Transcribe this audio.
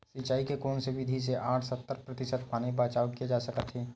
सिंचाई के कोन से विधि से साठ सत्तर प्रतिशत पानी बचाव किया जा सकत हे?